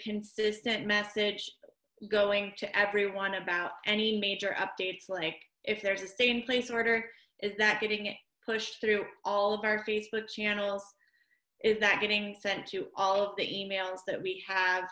consistent message going to everyone about any major updates like if there's a stay in place order is that getting it pushed through all of our facebook channels is that getting sent to all of the emails that we h